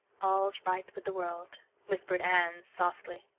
all's right with the world whispered anne softly.